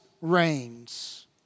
reigns